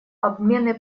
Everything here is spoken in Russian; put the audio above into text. обмены